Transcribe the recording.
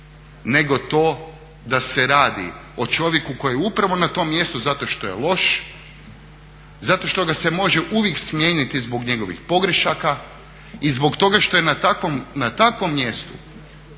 nego to da se radi o čovjeku koji je upravo na tom mjestu zato što je loš, zato što ga se može uvijek smijeniti zbog njegovih pogrešaka i zbog toga što je na takvom mjestu